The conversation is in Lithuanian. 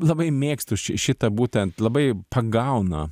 labai mėgstu ši šitą būtent labai pagauna